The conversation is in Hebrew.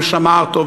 ושמע אותו,